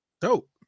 Dope